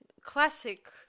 classic